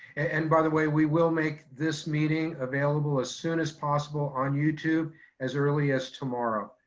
and by the way, we will make this meeting available as soon as possible on youtube as early as tomorrow.